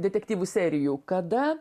detektyvų serijų kada